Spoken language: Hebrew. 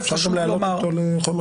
אפשר גם להעלות אותו לחומר.